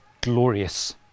glorious